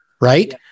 right